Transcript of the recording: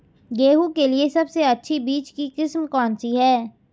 गेहूँ के लिए सबसे अच्छी बीज की किस्म कौनसी है?